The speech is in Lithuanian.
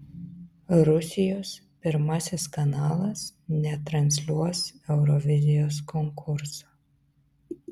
rusijos pirmasis kanalas netransliuos eurovizijos konkurso